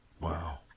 Wow